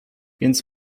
więc